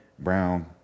Brown